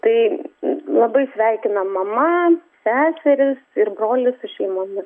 tai labai sveikina mama seserys ir brolis su šeimomis